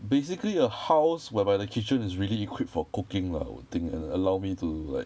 basically a house whereby the kitchen is really equipped for cooking lah I would think and allow me to like